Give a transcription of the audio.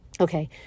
Okay